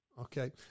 Okay